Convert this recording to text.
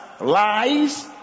lies